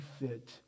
fit